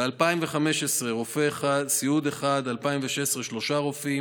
ב-2015, רופא אחד, סיעוד אחד, 2016, שלושה רופאים,